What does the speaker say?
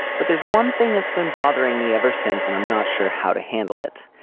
but there's one thing that's been bothering me ever since and i'm not sure how to handle it.